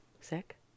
sick